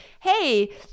hey